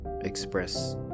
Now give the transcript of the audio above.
express